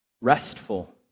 Restful